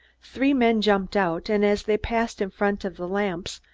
three men jumped out, and as they passed in front of the lamps,